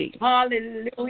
Hallelujah